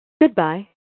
Goodbye